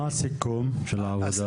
מה הסיכום של הוועדה?